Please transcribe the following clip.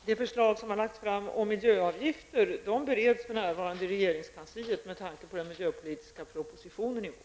Herr talman! Det förslag som har lagts fram om miljöavgifter bereds för närvarande i regeringskansliet med tanke på den miljöpolitiska propositionen i vår.